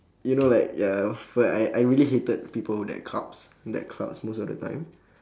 you know like ya I I really hated people that clubs that clubs most of the time